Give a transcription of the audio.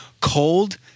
Cold